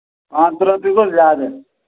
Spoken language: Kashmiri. پانٛژھ تٕرٛہ رۄپیہِ گوٚو زیادٕ